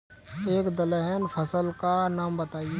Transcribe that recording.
एक दलहन फसल का नाम बताइये